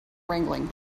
wrangling